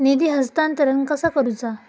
निधी हस्तांतरण कसा करुचा?